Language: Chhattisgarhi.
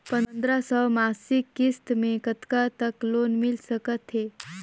पंद्रह सौ मासिक किस्त मे कतका तक लोन मिल सकत हे?